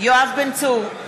יואב בן צור,